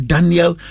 Daniel